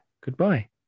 goodbye